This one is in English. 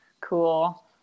cool